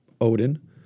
Odin